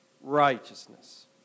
righteousness